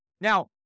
Now